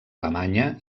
alemanya